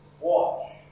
Watch